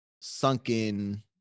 sunken